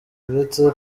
uretse